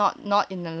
long long time